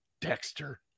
Dexter